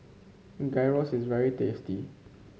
gyros is very tasty